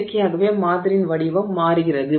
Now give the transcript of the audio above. இயற்கையாகவே மாதிரியின் வடிவம் மாறுகிறது